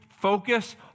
focus